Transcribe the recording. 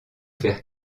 faire